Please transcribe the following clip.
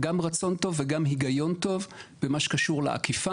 גם רצון טוב וגם היגיון טוב במה שקשור לאכיפה.